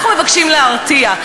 אנחנו מבקשים להרתיע.